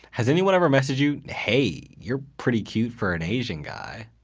has anyone ever messaged you, hey, you're pretty cute, for an asian guy.